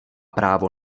právo